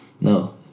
No